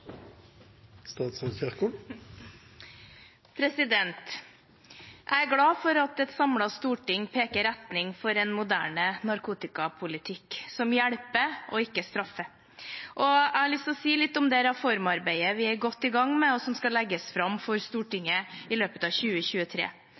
glad for at et samlet storting peker retning for en moderne narkotikapolitikk som hjelper og ikke straffer. Jeg har lyst til å si litt om det reformarbeidet vi er godt i gang med, og som skal legges fram for